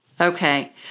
Okay